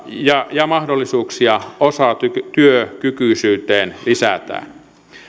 ja ja mahdollisuuksia osatyökykyisyyteen lisätään